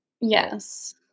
Yes